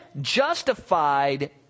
justified